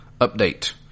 Update